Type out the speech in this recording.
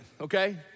okay